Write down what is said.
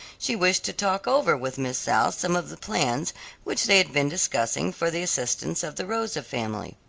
she wished to talk over with miss south some of the plans which they had been discussing for the assistance of the rosa family.